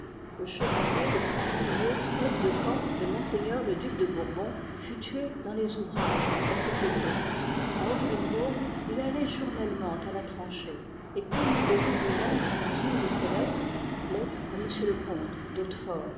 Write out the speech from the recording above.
le chevalier de franclieu aide-de-camp de ms le duc de bourbon fut tué dans les ouvrages à ses côtes a offembourg il alloit journellement à la tranchée et comme il le dit lui-même dané lettre a yne dc ses icttrcs